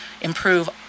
improve